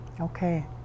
Okay